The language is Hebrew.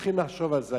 שצריכים לחשוב על זה.